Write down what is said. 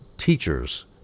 teachers